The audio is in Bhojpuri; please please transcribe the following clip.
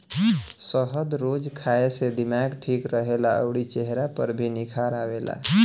शहद रोज खाए से दिमाग ठीक रहेला अउरी चेहरा पर भी निखार आवेला